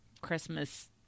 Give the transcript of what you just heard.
Christmas